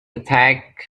attacked